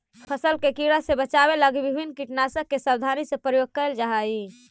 फसल के कीड़ा से बचावे लगी विभिन्न कीटनाशक के सावधानी से प्रयोग कैल जा हइ